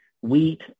wheat